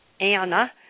Anna